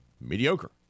mediocre